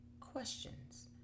questions